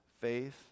faith